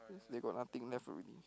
they got nothing left already